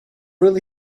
really